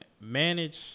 manage